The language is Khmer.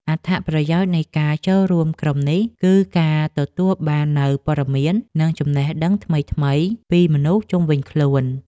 អត្ថប្រយោជន៍នៃការចូលរួមក្រុមនេះ គឺការទទួលបាននូវពត៌មាន និងចំណេះដឹងថ្មីៗពីមនុស្សជុំវិញខ្លួន។